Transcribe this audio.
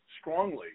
strongly